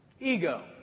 Ego